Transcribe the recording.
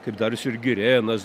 kaip darius ir girėnas